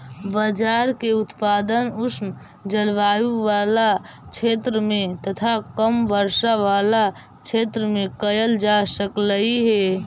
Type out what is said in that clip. बाजरा के उत्पादन उष्ण जलवायु बला क्षेत्र में तथा कम वर्षा बला क्षेत्र में कयल जा सकलई हे